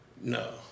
No